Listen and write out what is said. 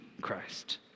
Christ